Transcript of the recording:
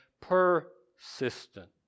persistent